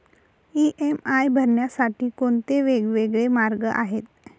EMI भरण्यासाठी कोणते वेगवेगळे मार्ग आहेत?